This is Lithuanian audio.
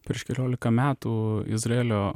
prieš keliolika metų izraelio